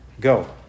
go